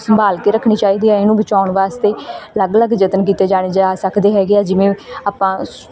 ਸੰਭਾਲ ਕੇ ਰੱਖਣੀ ਚਾਹੀਦੀ ਹੈ ਇਹਨੂੰ ਬਚਾਉਣ ਵਾਸਤੇ ਅਲੱਗ ਅਲੱਗ ਯਤਨ ਕੀਤੇ ਜਾਣੇ ਜਾ ਸਕਦੇ ਹੈਗੇ ਐ ਜਿਵੇਂ ਆਪਾਂ